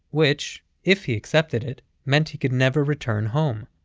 which if he accepted it meant he could never return home.